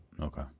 Okay